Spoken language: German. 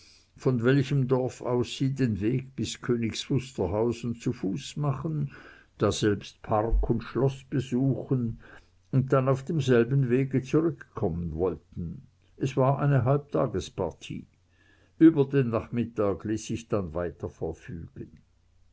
von welchem dorf aus sie den weg bis königs wusterhausen zu fuß machen daselbst park und schloß besuchen und dann auf demselben wege zurückkommen wollten es war eine halbtagspartie über den nachmittag ließ sich dann weiter verfügen